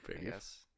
Yes